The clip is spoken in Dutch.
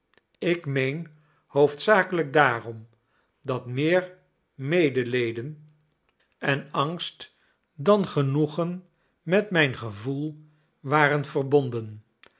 ik meen hoofdzakelijk daarom dat meer medeleden en angst dan genoegen met mijn gevoel waren verbonden